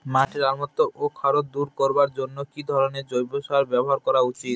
মাটির অম্লত্ব ও খারত্ব দূর করবার জন্য কি ধরণের জৈব সার ব্যাবহার করা উচিৎ?